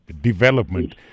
development